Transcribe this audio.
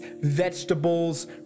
vegetables